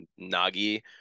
Nagi